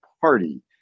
party